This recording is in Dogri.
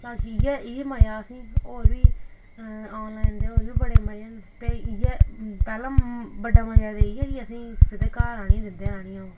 बाकी इ'यै इ'यै मजा असेंगी होर बी आनलाइन दे होर बी बड़े मजे' न भाई इ'यै पैहला बड्डा मजा ते इ'यै कि असेंगी सिद्दे घर आह्नियै दिंदे नै असेंगी ओह्